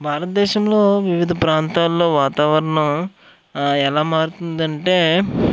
భారతదేశంలో వివిధ ప్రాంతాల్లో వాతావరణం ఎలా మారుతుందంటే